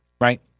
right